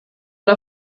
der